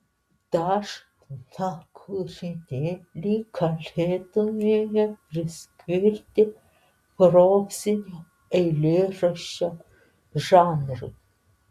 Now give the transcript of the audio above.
dažną kūrinėlį galėtumėme priskirti prozinio eilėraščio žanrui